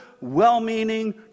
well-meaning